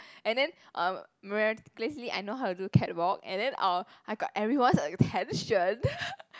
and then um miraculously I know how to do catwalk and then I'll I got everyone's attention